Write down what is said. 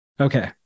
Okay